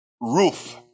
roof